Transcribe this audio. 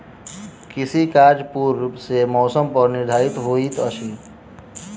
कृषि कार्य पूर्ण रूप सँ मौसम पर निर्धारित होइत अछि